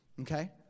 okay